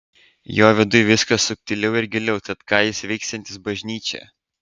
jo viduj viskas subtiliau ir giliau tad ką jis veiksiantis bažnyčioje